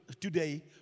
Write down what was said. today